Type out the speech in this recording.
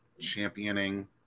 championing